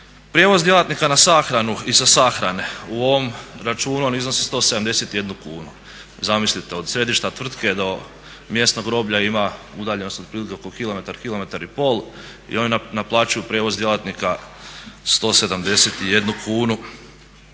Prijevoz djelatnika na sahranu i sa sahrane u ovom računu on iznosi 171 kunu, zamislite od sjedišta tvrtke do mjesnog groblja ima udaljenost oko otprilike kilometar, kilometar i pol i oni naplaćuju prijevoz djelatnika 171 kunu.